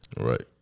Right